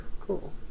Cool